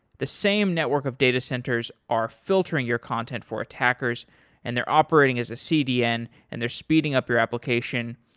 the same network of data centers are filtering your content for attackers and they're operating as a cdn and they're speeding up your application,